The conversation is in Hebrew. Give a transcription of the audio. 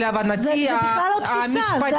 זה בכלל לא תפיסה.